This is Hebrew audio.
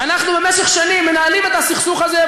ואנחנו במשך שנים מנהלים את הסכסוך הזה,